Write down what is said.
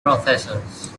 processors